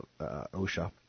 OSHA